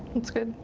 that's good.